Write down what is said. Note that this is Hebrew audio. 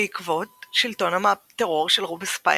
בעקבות שלטון הטרור של רובספייר,